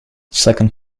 second